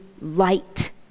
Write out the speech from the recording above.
light